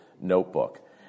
notebook